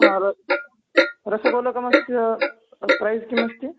हा रो रसगोलकमस्य प्रैस् किमस्ति